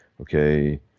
Okay